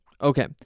Okay